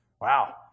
Wow